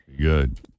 Good